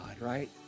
right